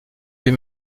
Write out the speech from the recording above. plus